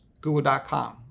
google.com